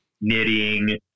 knitting